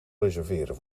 reserveren